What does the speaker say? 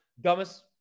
dumbest